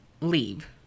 leave